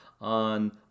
on